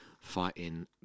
fighting